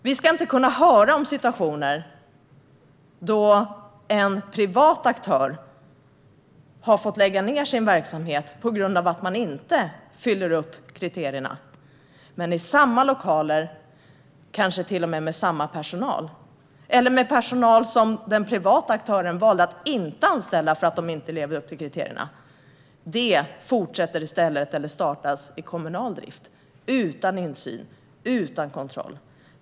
Vi ska inte behöva höra om situationer där en privat aktör har fått lägga ned sin verksamhet på grund av att man inte uppfyller kriterierna men att verksamheten i stället, i samma lokaler, kanske rent av med samma personal eller med personal som den privata aktören valde att inte anställa för att de inte levde upp till kriterierna, fortsätter eller startas i kommunal regi, utan insyn eller kontroll.